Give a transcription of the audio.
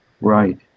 Right